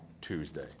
Tuesday